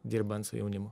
dirbant su jaunimu